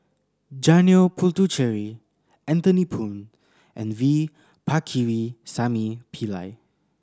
Janil Puthucheary Anthony Poon and V Pakirisamy Pillai